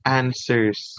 answers